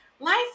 Life